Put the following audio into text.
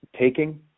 taking